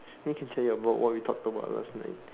maybe you can say about what we talked about last night